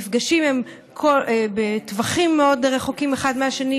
המפגשים הם בטווחים מאוד רחוקים אחד מהשני,